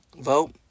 vote